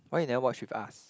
why you never watch with us